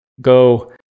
go